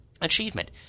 achievement